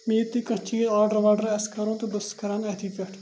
مےٚ ییٚتہِ تہِ کانٛہہ چی آرڈَر واڈر آسہِ کَرُن تہٕ بہٕ چھُس کَران اَتھی پٮ۪ٹھ